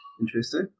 interesting